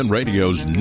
Radio's